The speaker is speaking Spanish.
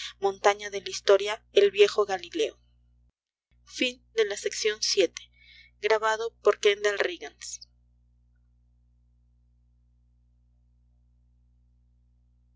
montaña de la historia el viejo galileo